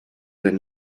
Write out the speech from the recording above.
than